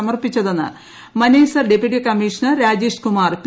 സമർപ്പിച്ചതെന്ന് Manesar deputy commissioner Rajeshkumar P